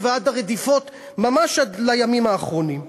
ועד הרדיפות ממש עד לימים האחרונים.